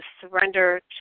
surrender